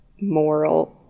moral